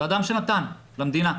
זה אדם שנתן למדינה,